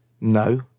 No